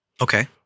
Okay